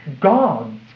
God's